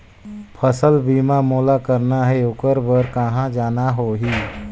फसल बीमा मोला करना हे ओकर बार कहा जाना होही?